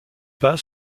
bain